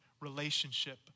relationship